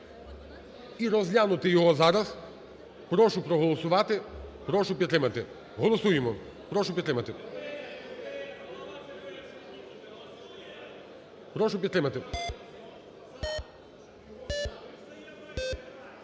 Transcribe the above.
і розглянути його зараз. Прошу проголосувати, прошу підтримати. Голосуємо. Прошу підтримати. Прошу підтримати. 11:08:41